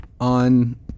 on